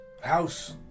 House